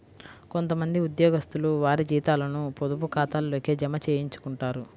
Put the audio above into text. కొంత మంది ఉద్యోగస్తులు వారి జీతాలను పొదుపు ఖాతాల్లోకే జమ చేయించుకుంటారు